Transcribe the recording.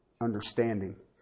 understanding